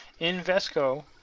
Invesco